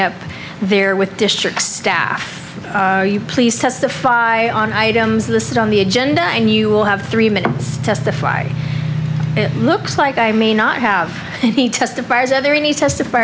up there with district staff please testify on items listed on the agenda and you will have three minutes testifying it looks like i may not have the testifiers are there any testif